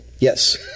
Yes